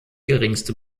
geringste